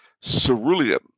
cerulean